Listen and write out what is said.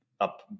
up